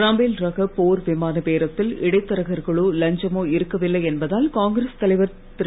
Rafale ரக போர் விமான பேரத்தில் இடைத் தரகர்களோ லஞ்சமோ இருக்கவில்லை என்பதால் காங்கிரஸ் தலைவர் திரு